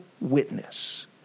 witness